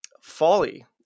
folly